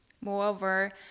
Moreover